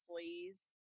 employees